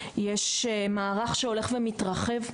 יש מערך שהולך ומתרחב,